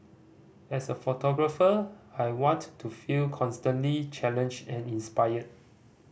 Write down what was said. as a photographer I want to feel constantly challenged and inspired